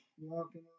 walking